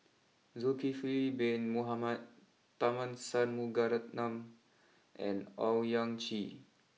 Zulkifli Bin Mohamed Tharman Shanmugaratnam and Owyang Chi